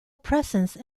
presence